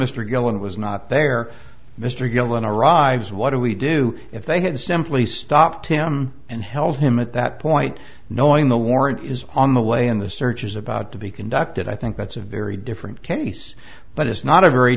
guillen was not there mr gillon a rives what do we do if they had simply stopped him and held him at that point knowing the warrant is on the way in the search is about to be conducted i think that's a very different case but it's not a very